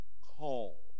call